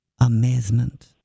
Amazement